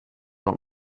want